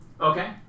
Okay